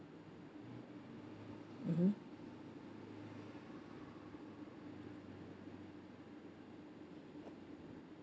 mmhmm